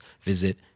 visit